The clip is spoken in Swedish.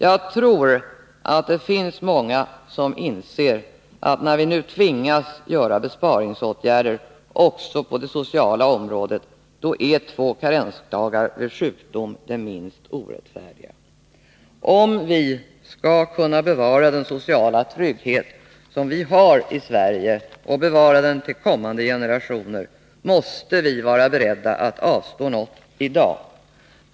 Jag tror att det finns många som inser att när vi nu tvingas att vidta besparingsåtgärder också på det sociala området, så är två karensdagar vid sjukdom det minst orättfärdiga. Om vi skall kunna bevara den sociala trygghet som vi har i Sverige, och bevara den till kommande generationer, måste vi vara beredda att avstå något i dag.